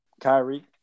Kyrie